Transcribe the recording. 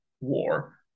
war